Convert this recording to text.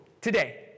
Today